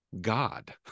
God